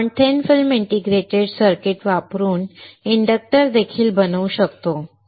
आम्ही thin film integrated circuit वापरून inductor देखील बनवू शकतो